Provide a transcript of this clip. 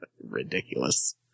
Ridiculous